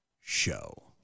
show